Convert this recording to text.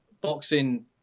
boxing